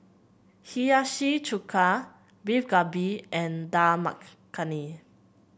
Hiyashi Chuka Beef Galbi and Dal Makhani